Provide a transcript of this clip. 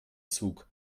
zug